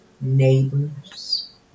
neighbors